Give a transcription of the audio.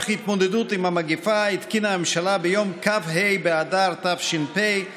ההסתייגות (41) של קבוצת סיעת ימינה אחרי סעיף 10 לא נתקבלה.